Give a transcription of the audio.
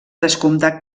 descomptat